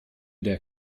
der